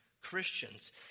Christians